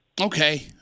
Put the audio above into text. Okay